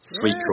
sweet